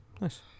nice